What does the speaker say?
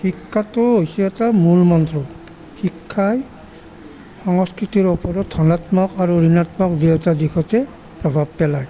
শিক্ষাটো হৈছে এটা মূলমন্ত্ৰ শিক্ষাই সংস্কৃতিৰ ওপৰত ধনাত্মক আৰু ঋণাত্মক দুয়োটা দিশতে প্ৰভাৱ পেলায়